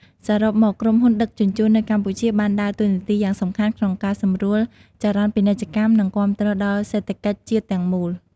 សរុបមក ក្រុមហ៊ុនដឹកជញ្ជូននៅកម្ពុជាបានដើរតួនាទីយ៉ាងសំខាន់ក្នុងការសម្រួលចរន្តពាណិជ្ជកម្មនិងគាំទ្រដល់សេដ្ឋកិច្ចជាតិទាំងមូល។